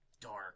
dark